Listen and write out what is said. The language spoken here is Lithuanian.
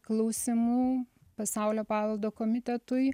klausimų pasaulio paveldo komitetui